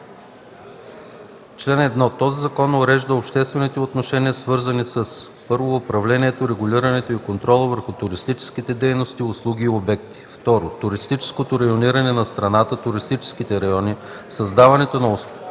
„Чл. 1. Този закон урежда обществените отношения, свързани с: 1. управлението, регулирането и контрола върху туристическите дейности, услуги и обекти; 2. туристическото райониране на страната, туристическите райони, създаването,